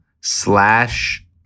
slash